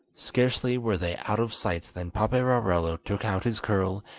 scarcely were they out of sight than paperarello took out his curl,